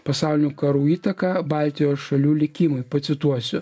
pasaulinių karų įtaką baltijos šalių likimui pacituosiu